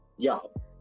Yo